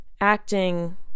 acting